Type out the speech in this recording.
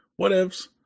whatevs